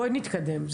בואי נתקדם,